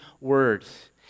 words